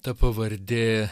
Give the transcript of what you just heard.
ta pavardė